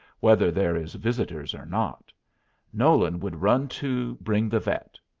whether there is visitors or not nolan would run to bring the vet.